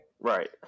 Right